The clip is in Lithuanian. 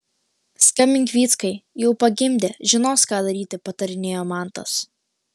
skambink vyckai jau pagimdė žinos ką daryti patarinėjo mantas